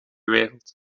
wereld